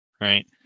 right